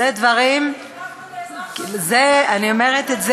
אנחנו עוברים להצעת חוק